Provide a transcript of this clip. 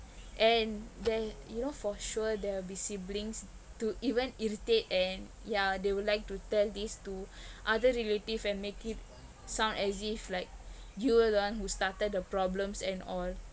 and there you know for sure there'll be siblings to even irritate and yeah they would like to tell this to other relative and make it sound as if like you're the one who started the problems and all